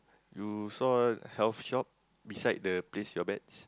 you saw health shop besides the place your bets